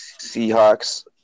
Seahawks